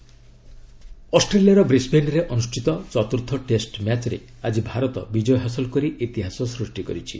cricket ଅଷ୍ଟ୍ରେଲିଆର ବ୍ରିସ୍ବେନ୍ରେ ଅନୁଷ୍ଠିତ ଚତୁର୍ଥ ଟେଷ୍ଟ ମ୍ୟାଚ୍ରେ ଆଜି ଭାରତ ବିଜୟ ହାସଲ କରି ଇତିହାସ ସୃଷ୍ଟି କରିଛି